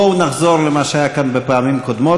בואו נחזור למה שהיה כאן בפעמים הקודמות.